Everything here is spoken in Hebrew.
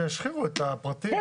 שישחירו את הפרטים.